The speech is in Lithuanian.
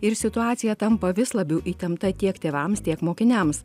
ir situacija tampa vis labiau įtempta tiek tėvams tiek mokiniams